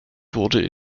wurde